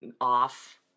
off